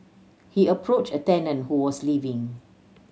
he approached a tenant who was leaving